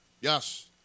yes